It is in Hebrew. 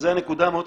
זו נקודה מאוד חשובה,